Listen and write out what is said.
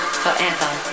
forever